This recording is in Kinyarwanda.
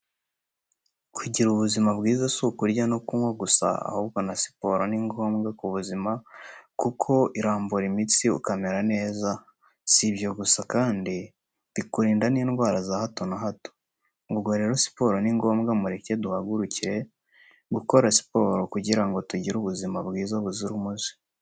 Kugira ubuzima bwiza si ukurya no kunnywa gusa, ahubwo na siporo ni ngombwa ku buzima kuko irambura imitsi ukamera neza, si ibyo gusa kandi bikurinda n'indwara za hato na hato. Ubwo rero siporo ni ngombwa, mureke duhagurukire gukora siporo kugira ngo tugire ubuzima bwiza buzira umuze.